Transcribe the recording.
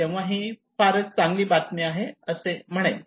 तेव्हा तो ही फारच चांगली बातमी आहे असे म्हणेल